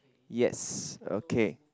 yes okay